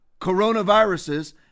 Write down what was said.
coronaviruses